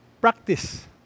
practice